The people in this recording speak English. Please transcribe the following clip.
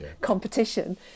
competition